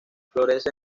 florece